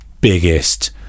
biggest